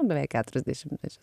beveik keturis dešimtmečius